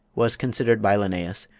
was considered by linnaeus,